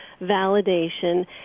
validation